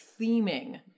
theming